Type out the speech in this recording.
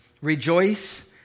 Rejoice